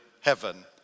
heaven